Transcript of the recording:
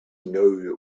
know